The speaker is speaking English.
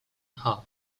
hub